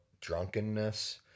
drunkenness